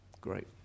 great